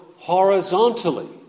horizontally